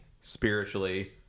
spiritually